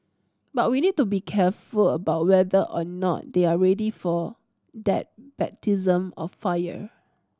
but we need to be careful about whether or not they are ready for that baptism of fire